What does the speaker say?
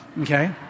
okay